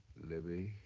libby.